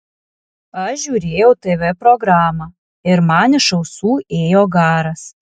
aš žiūrėjau tv programą ir man iš ausų ėjo garas